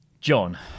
John